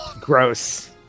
Gross